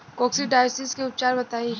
Coccidiosis के उपचार बताई?